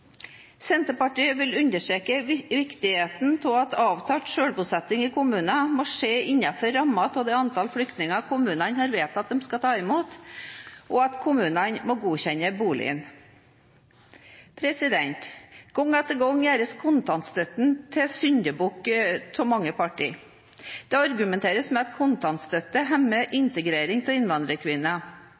Senterpartiet vil understreke viktigheten av at avtalt selvbosetting i kommunene må skje innenfor rammene av det antall flyktninger kommunene har vedtatt de skal ta imot, og at kommunene må godkjenne boligen. Gang etter gang gjøres kontantstøtten til syndebukk av mange partier. Det argumenteres med at kontantstøtte hemmer integrering av innvandrerkvinner.